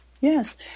yes